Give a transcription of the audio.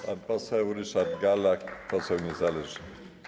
Pan poseł Ryszard Galla, poseł niezależny.